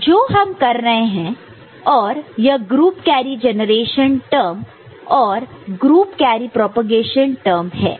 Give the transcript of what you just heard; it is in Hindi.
है जो हम कर रहे हैं और यह ग्रुप कैरी जनरेशन टर्म और ग्रुप कैरी प्रोपेगेशन टर्म है